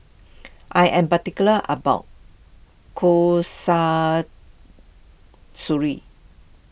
I am particular about Kasturi